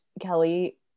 kelly